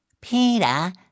Peter